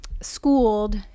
schooled